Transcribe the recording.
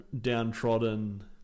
downtrodden